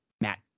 Matt